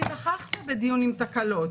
האם נכחת בדיון עם תקלות?